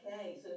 Okay